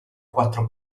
quattro